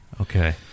Okay